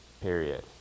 Period